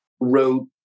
wrote